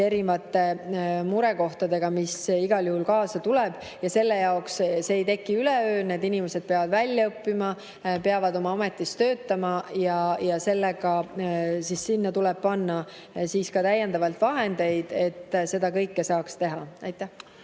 erinevate murekohtadega, mis igal juhul kaasa tulevad. See [võimekus] ei teki üleöö, need inimesed peavad välja õppima, peavad oma ametis töötama. Sinna tuleb panna täiendavalt vahendeid, et seda kõike saaks teha. Aitäh!